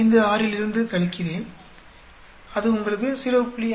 56 இலிருந்து கழிக்கிறேன் அது உங்களுக்கு 0